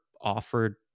offered